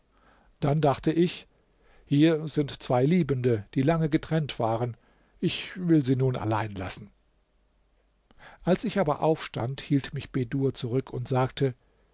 dann dachte ich hier sind zwei liebende die lange getrennt waren ich will sie nun allein lassen als ich aber aufstand hielt mich bedur zurück und sagte